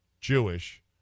Jewish